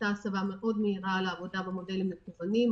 הייתה הסבה מהירה מאוד לעבודה במודלים מקוונים,